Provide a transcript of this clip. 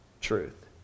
truth